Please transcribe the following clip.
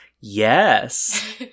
Yes